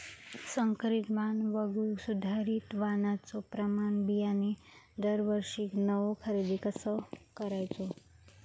संकरित वाण वगळुक सुधारित वाणाचो प्रमाण बियाणे दरवर्षीक नवो खरेदी कसा करायचो?